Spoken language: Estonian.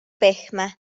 pehme